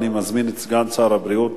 אני מזמין את סגן שר הבריאות,